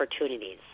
opportunities